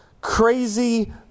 crazy